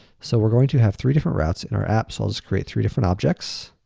so, we're going to have three different routes in our app, so i'll just create three different objects.